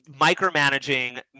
micromanaging